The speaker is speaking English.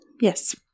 Yes